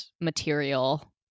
material